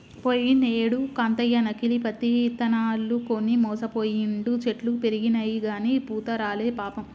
పోయినేడు కాంతయ్య నకిలీ పత్తి ఇత్తనాలు కొని మోసపోయిండు, చెట్లు పెరిగినయిగని పూత రాలే పాపం